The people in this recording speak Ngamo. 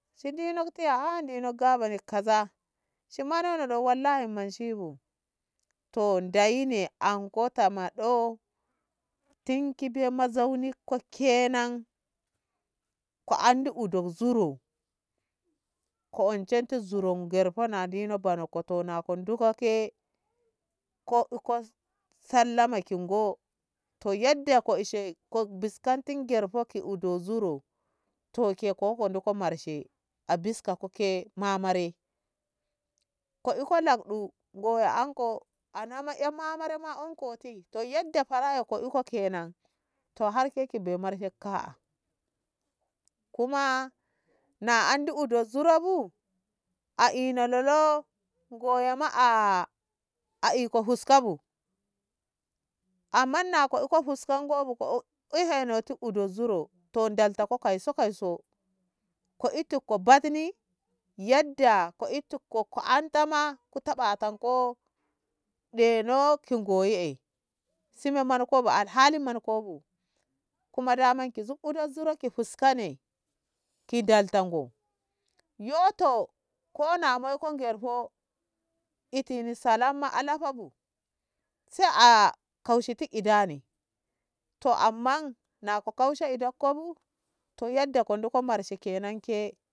shi di notti yaah dino gabani kaza shi mamaneno ɗo wallaho ni menshi bu to dei ne anko ta maɗo tinkine mazauniko ke nan ku andi uduk zuro ke unshenti zurun ngerho na ɗino bono ko to nako nduko ke ko iko sallama ki ngo to yadda ko koshe ko biskantin ngerho ki udu zuro ko nduku marshe a biska ko mamare ko iko lakɗu ngoye anko a ya ma e mamare uko ti to yadda fara'e ko iko kenan to har ke ki bar marshe ka'a kuma na andi uru zuro bu a ina lolo ngoya ma a a eka fuska bu amma na ko iko fuskan gobu ko e henoti udu zuru to ndal ta ko kai so kai so to ko itti ko bai ni yadda ko ittiko ko an tama taɗatanko ɗeno ki ngo yee eh se me menko bu alhali menko bu kuma dam ku zub udu zuru ki fuska ne ki ndalta ngo yo to ko na moi ko ngerho etini salama lafabu sai a kasheti idani to amma na ko kaushe idakko bu to yadda ko nduku marshe kenan ke